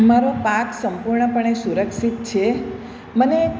મારો પાક સંપૂર્ણપણે સુરક્ષિત છે મને